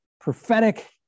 prophetic